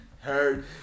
Heard